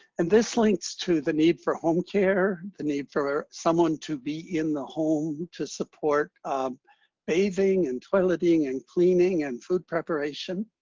and this links to the need for home care, the need for someone to be in the home to support bathing and toileting and cleaning and food preparation.